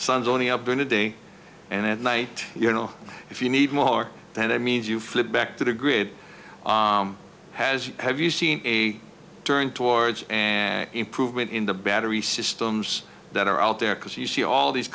sun's only up during the day and at night you know if you need more than that means you flip back to the grid has have you seen a turn towards an improvement in the battery systems that are out there because you see all these